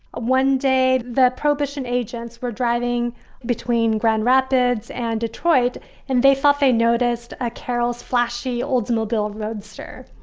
one day that prohibition agents were driving between grand rapids and detroit and they thought they noticed a carrolls flashy oldsmobile roadster.